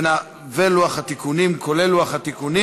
זה כולל לוח התיקונים.